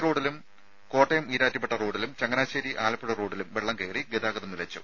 C റോഡിലും കോട്ടയം ഈരാറ്റുപേട്ട റോഡിലും ചങ്ങനാശ്ശേരി ആലപ്പുഴ റോഡിലും വെള്ളം കയറി ഗതാഗതം നിലച്ചു